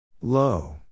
Low